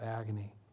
agony